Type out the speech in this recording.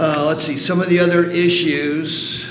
was let's see some of the other issues